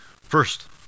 First